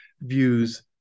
views